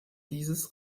dieses